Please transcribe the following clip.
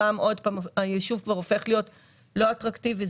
היישוב הופך להיות לא אטרקטיבי.